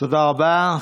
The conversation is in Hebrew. תודה רבה.